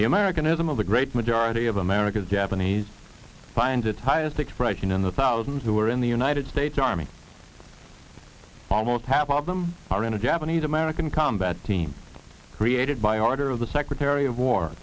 the american ism of the great majority of americans japanese finds its highest expression in the thousands who are in the united states army almost half of them are in a japanese american combat team created by order of the secretary of war